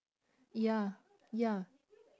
ya ya